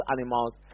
animals